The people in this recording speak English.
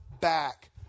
back